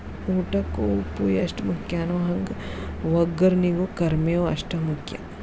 ಊಟಕ್ಕ ಉಪ್ಪು ಎಷ್ಟ ಮುಖ್ಯಾನೋ ಹಂಗ ವಗ್ಗರ್ನಿಗೂ ಕರ್ಮೇವ್ ಅಷ್ಟ ಮುಖ್ಯ